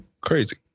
crazy